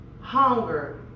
hunger